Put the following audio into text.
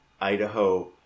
Idaho